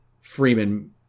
Freeman